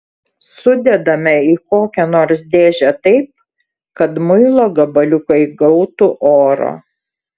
sudedame į kokią nors dėžę taip kad muilo gabaliukai gautų oro